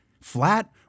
Flat